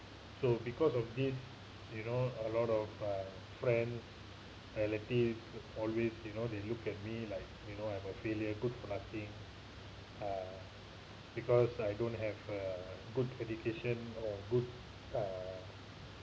so because of this you know a lot of uh friend relatives always you know they look at me like you know I'm a failure good for nothing uh because I don't have a good education or good uh